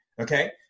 Okay